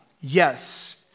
yes